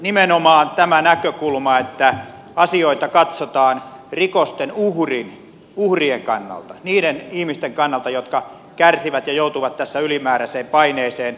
nimenomaan on tärkeä tämä näkökulma että asioita katsotaan rikosten uhrien kannalta niiden ihmisten kannalta jotka kärsivät ja joutuvat tässä ylimääräiseen paineeseen